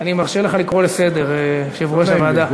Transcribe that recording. אני מרשה לך לקרוא לסדר, יושב-ראש הוועדה.